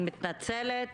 אני מתנצלת,